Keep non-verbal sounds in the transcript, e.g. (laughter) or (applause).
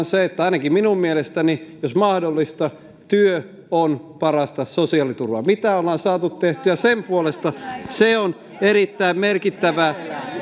(unintelligible) se että ainakin minun mielestäni jos mahdollista työ on parasta sosiaaliturvaa mitä ollaan saatu tehtyä sen puolesta se on erittäin merkittävää